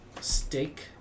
Steak